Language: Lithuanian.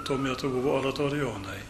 tuo metu buvo oratorijonai